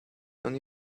only